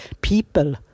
people